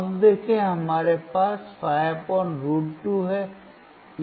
अब देखें हमारे पास 5√ 2 हैं